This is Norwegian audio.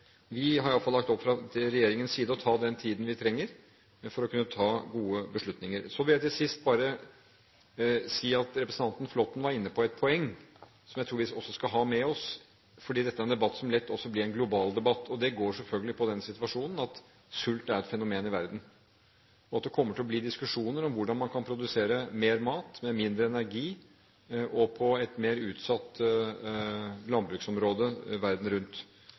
Vi har i alle fall fra regjeringens side lagt opp til å ta den tiden vi trenger for å kunne ta gode beslutninger. Så vil jeg til sist bare si at representanten Flåtten var inne på et poeng som jeg tror vi også skal ha med oss, for dette er en debatt som lett blir en global debatt. Det går selvfølgelig på den situasjonen at sult er et fenomen i verden, og at det kommer til å bli diskusjoner om hvordan man kan produsere mer mat med mindre energi og på et mer utsatt landbruksområde verden rundt.